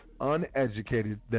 Uneducated